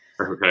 Okay